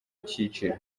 cyiciro